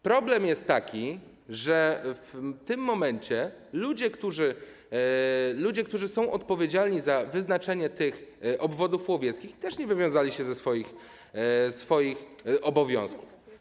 Problem jest taki, że w tym momencie ludzie, którzy są odpowiedzialni za wyznaczenie tych obwodów łowieckich, też nie wywiązali się ze swoich obowiązków.